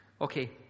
Okay